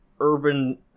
urban